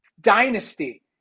Dynasty